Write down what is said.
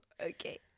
Okay